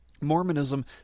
Mormonism